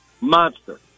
monster